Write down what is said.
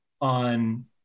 on